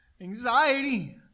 anxiety